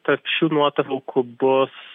tarp šių nuotraukų bus